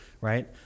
right